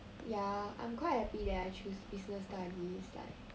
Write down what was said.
ya I'm quite happy that I choose business studies like